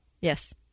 Yes